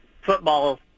football